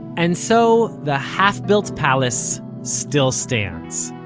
and so the half-built palace still stands.